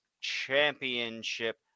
Championship